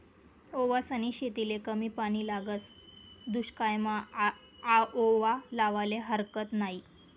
ओवासनी शेतीले कमी पानी लागस, दुश्कायमा आओवा लावाले हारकत नयी